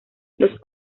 los